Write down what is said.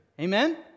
amen